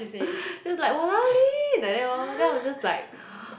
just like !walao! Lynn like that lor then I was just like